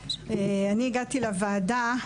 הגעתי לוועדה,